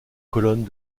colonnes